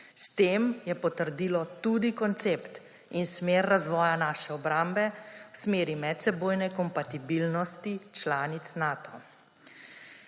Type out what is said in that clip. S tem je potrdilo tudi koncept in smer razvoja naše obrambe v smeri medsebojne kompatibilnosti članic Nata.